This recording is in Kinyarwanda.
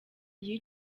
y’iyo